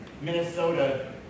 Minnesota